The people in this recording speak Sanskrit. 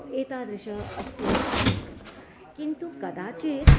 एतादृश अस्ति निश्चयेन किन्तु कदाचित्